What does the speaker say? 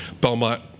Belmont